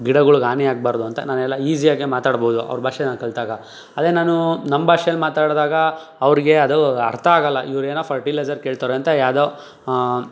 ಗಿಡಗಳಿಗೆ ಹಾನಿ ಆಗ್ಬಾರ್ದು ಅಂತ ನಾನು ಎಲ್ಲ ಈಸಿಯಾಗಿ ಮಾತಾಡ್ಬೋದು ಅವ್ರ ಭಾಷೆ ನಾನು ಕಲಿತಾಗ ಅದೇ ನಾನು ನಮ್ಮ ಭಾಷೇಲಿ ಮಾತಾಡಿದಾಗ ಅವರಿಗೆ ಅದು ಅರ್ಥ ಆಗಲ್ಲ ಇವರೇನೋ ಫರ್ಟಿಲೈಝರ್ ಕೇಳ್ತಾವ್ರೆ ಅಂತ ಯಾವುದೋ